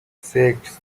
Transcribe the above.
six